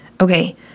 Okay